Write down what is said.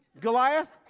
Goliath